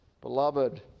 Beloved